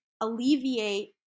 alleviate